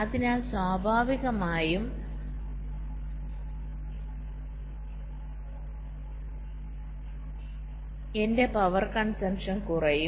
അതിനാൽ സ്വാഭാവികമായും എന്റെ പവർ കൺസംപ്ഷൻ കുറയും